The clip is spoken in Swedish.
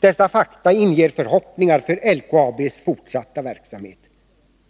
Dessa fakta inger förhoppningar för LKAB:s fortsatta verksamhet,